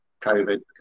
COVID